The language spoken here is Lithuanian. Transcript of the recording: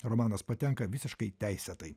romanas patenka visiškai teisėtai